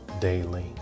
daily